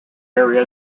area